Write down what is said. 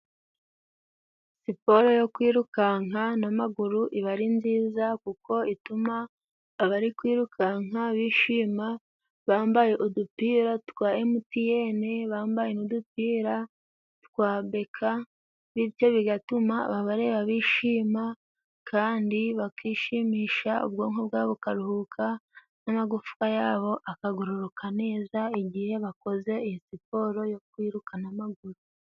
Siporo yo kwirukanka n'amaguru iba ari nziza kuko ituma abari kwirukanka bishima, bambaye udupira twa Emutiyene bambaye n'udupira twa Beka bityo bigatuma ababareba bishima Kandi bakishimisha ,ubwonko bwabo bukaruhuka n'amagufwa yabo akagororoka neza, igihe bakoze iyi siporo yo kwirukanka n'amaguru.